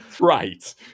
Right